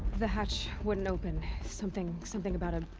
the hatch. wouldn't open. something, something about a.